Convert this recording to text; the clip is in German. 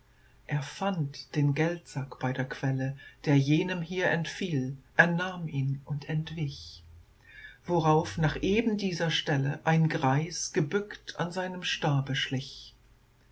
er fand den geldsack bei der quelle der jenem hier entfiel er nahm ihn und entwich worauf nach eben dieser stelle ein greis gebückt an seinem stabe schlich